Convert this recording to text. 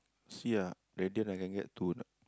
see ah Radiant I can get two or not